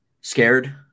scared